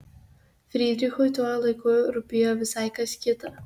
frydrichui tuo laiku rūpėjo visai kas kita